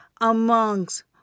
amongst